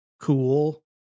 cool